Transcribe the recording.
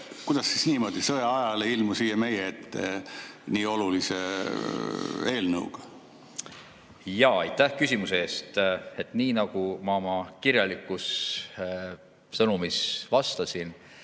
Kuidas siis niimoodi, sõjaajal ei ilmu siia meie ette nii olulise eelnõuga? Aitäh küsimuse eest! Nii nagu ma oma kirjalikus sõnumis vastasin,